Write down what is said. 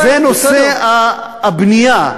זה נושא הבנייה.